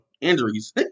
injuries